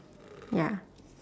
ya